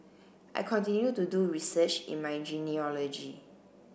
I continue to do research in my genealogy